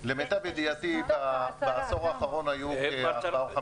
למיטב ידיעתי בעשור האחרון היו 4 5 מקרים.